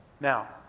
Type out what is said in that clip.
Now